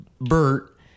Bert